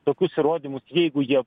tokius įrodymus jeigu jie